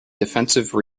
defensive